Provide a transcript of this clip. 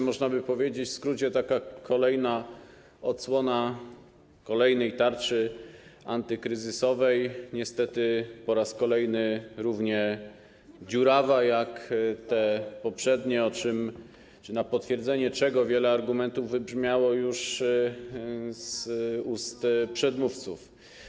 Można by powiedzieć w skrócie: taka kolejna odsłona kolejnej tarczy antykryzysowej, niestety po raz kolejny równie dziurawa jak te poprzednie, na potwierdzenie czego wiele argumentów wybrzmiało już z ust przedmówców.